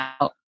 out